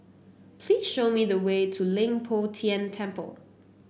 please show me the way to Leng Poh Tian Temple